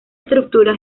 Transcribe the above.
estructura